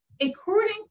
according